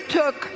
took